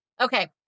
okay